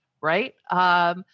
Right